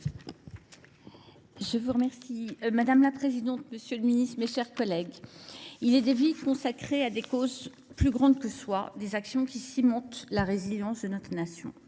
Carrère Gée. Madame la présidente, monsieur le ministre, mes chers collègues, il est des vies consacrées à des causes plus grandes que soi, des actions qui cimentent la résilience de notre nation.